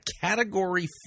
Category